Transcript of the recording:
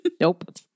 nope